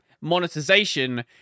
monetization